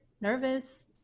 nervous